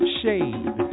shade